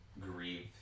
grieve